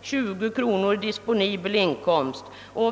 020 kronor i disponibel inkomst.